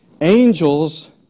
angels